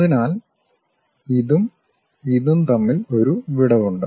അതിനാൽ ഇതും ഇതും തമ്മിൽ ഒരു വിടവ് ഉണ്ട്